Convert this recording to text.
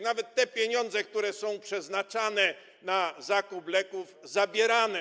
Nawet te pieniądze, które są przeznaczane na zakup leków, są zabierane.